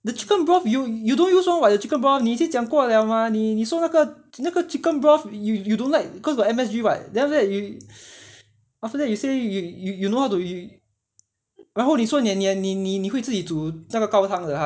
the chicken broth you you don't use [one] [what] 你以前讲过了吗你你说那个那个 chicken broth you you you don't like cause got M_S_G [what] then after that after that you say you you know how to y~ 然后你说你你会自己煮那个高汤的 ah 你你说要用那个鸡肉